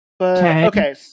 Okay